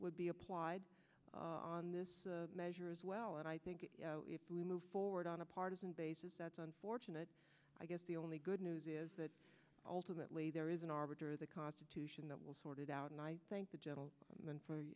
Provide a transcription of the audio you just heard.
would be applied on this measure as well and i think it moves forward on a partisan basis that's unfortunate i guess the only good news is that ultimately there is an arbiter of the constitution that will sort it out and i thank the general and for